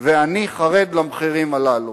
ואני חרד מהמחירים הללו.